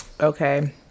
Okay